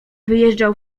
wyjeżdżał